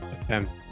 attempt